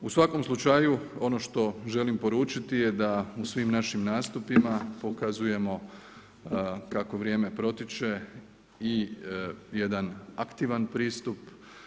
U svakom slučaju ono što želim poručiti je da u svim našim nastupima pokazujemo kako vrijeme protječe i jedan aktivan pristup.